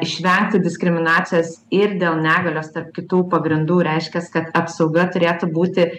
išvengti diskriminacijos ir dėl negalios tarp kitų pagrindų reiškias kad apsauga turėtų būti